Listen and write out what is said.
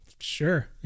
Sure